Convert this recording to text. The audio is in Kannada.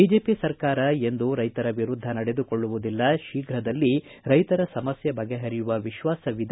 ಬಿಜೆಪಿ ಸರ್ಕಾರ ಎಂದೂ ರೈತರ ವಿರುದ್ದ ನಡೆದುಕೊಳ್ಳುವದಿಲ್ಲ ಶೀಘದಲ್ಲಿ ರೈತರ ಸಮಸ್ಥೆ ಬಗೆಹರಿಯುವ ವಿಶ್ವಾಸವಿದ್ದು